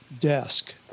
desk